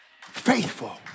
Faithful